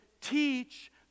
teach